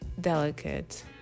delicate